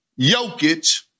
Jokic